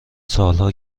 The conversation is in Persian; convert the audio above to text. سالها